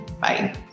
Bye